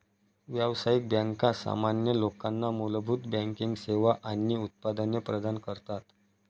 व्यावसायिक बँका सामान्य लोकांना मूलभूत बँकिंग सेवा आणि उत्पादने प्रदान करतात